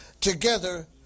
together